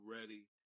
ready